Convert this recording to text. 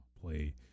play